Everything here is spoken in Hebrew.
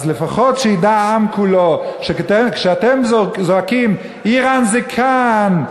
אז לפחות שידע העם כולו שכשאתם זועקים "איראן זה כאן",